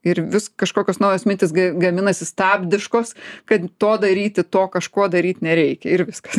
ir vis kažkokios naujos mintys ga gaminasi stabdiškos kad to daryti to kažko daryt nereikia ir viskas